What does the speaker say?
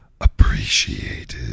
appreciated